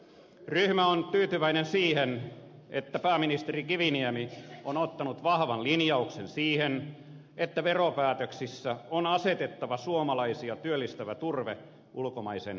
ryhmä on tyytyväinen siihen että pääministeri kiviniemi on ottanut vahvan linjauksen siihen että veropäätöksissä on asetettava suomalaisia työllistävä turve ulkomaisen hiilen edelle